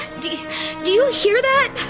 do do you hear that?